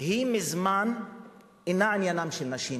היא מזמן אינה רק עניינן של נשים.